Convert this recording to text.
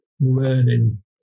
learning